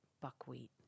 Buckwheat